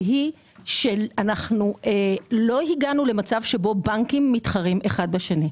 והיא שאנחנו לא הגענו למצב שבו בנקים מתחרים אחד בשני.